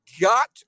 got